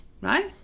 right